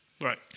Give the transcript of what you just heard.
Right